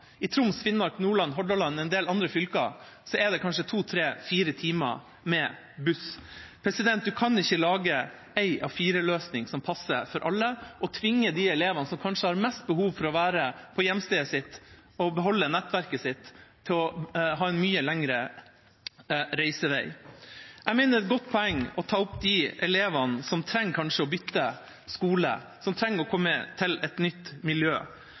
I Troms, Finnmark, Nordland, Hordaland og i en del andre fylker er det kanskje to–tre–fire timer med buss. En kan ikke lage en A4-løsning som passer for alle, og tvinge de elevene som kanskje har mest behov for å være på hjemstedet sitt og beholde nettverket sitt, til å ha en mye lengre reisevei. Jeg mener det er et godt poeng å ta opp de elevene som kanskje trenger å bytte skole, som trenger å komme til et nytt miljø.